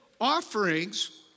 offerings